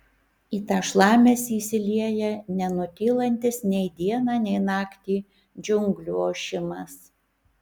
į tą šlamesį įsilieja nenutylantis nei dieną nei naktį džiunglių ošimas